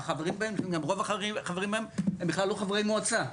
רוב החברים בהן הם בכלל לא חברי מועצה,